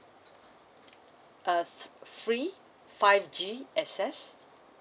uh free five G access